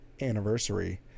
anniversary